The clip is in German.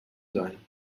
sein